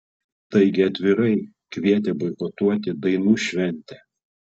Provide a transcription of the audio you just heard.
taigi atvirai kvietė boikotuoti dainų šventę